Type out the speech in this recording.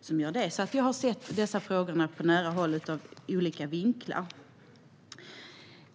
som gör det. Jag har alltså sett dessa frågor på nära håll och ur olika vinklar.